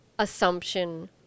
Assumption